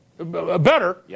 better